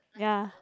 ya